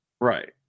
Right